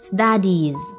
Studies